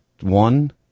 one